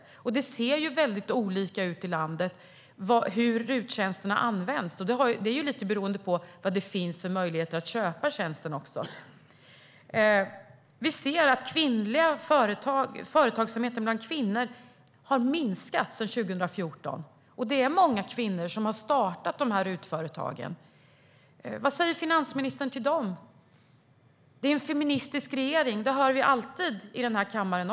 Användningen av RUT-tjänster ser väldigt olika ut i landet och beror lite på vilka möjligheter det finns att köpa tjänsterna. Vi ser att företagsamheten bland kvinnor har minskat sedan 2014. Det är många kvinnor som har startat RUT-företag. Vad säger finansministern till dem? Det är en feministisk regering - det hör vi också alltid här i kammaren.